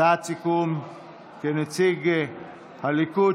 הצעת סיכום כנציג הליכוד,